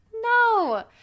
no